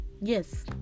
yes